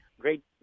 Great